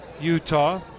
Utah